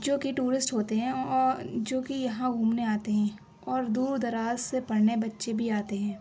جو کہ ٹورسٹ ہوتے ہیں اور جو کہ یہاں گھومنے آتے ہیں اور دور دراز سے پڑھنے بچے بھی آتے ہیں